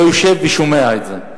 לא יושב ושומע את זה.